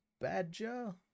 Badger